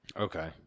Okay